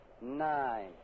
nine